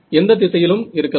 எந்த திசையிலும் இருக்கலாம்